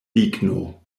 ligno